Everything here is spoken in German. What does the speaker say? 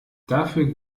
dafür